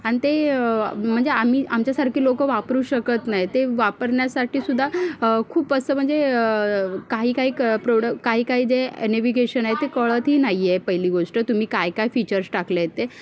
आणि ते म्हणजे आम्ही आमच्यासारखी लोकं वापरू शकत नाही ते वापरण्यासाठी सुद्धा खूप असं म्हणजे काही काही क प्रोडक काही काही जे नेव्हिगेशन आहे ते कळतही नाही आहे पहिली गोष्ट तुम्ही काय काय फीचर्स टाकले आहेत ते